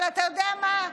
אבל אתה יודע מה?